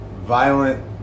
violent